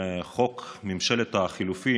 חוק ממשלת החילופים,